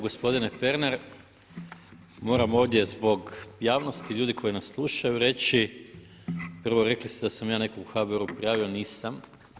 Gospodine Pernar, moramo ovdje zbog javnosti, ljudi koji nas slušaju reći, prvo rekli ste da sam ja nekoga u HBOR-u prijavio, nisam.